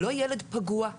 ילד פגוע,